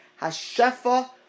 hashefa